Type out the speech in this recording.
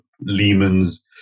Lehman's